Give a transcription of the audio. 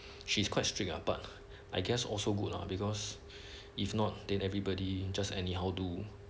she's quite strict ah but I guess also good lah because if not then everybody just anyhow do